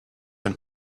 been